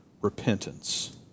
repentance